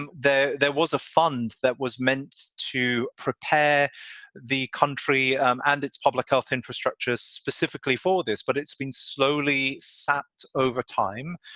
um there was a fund that was meant to prepare the country um and its public health infrastructure specifically for this. but it's been slowly sapped over time,